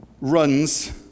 runs